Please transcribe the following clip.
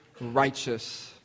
righteous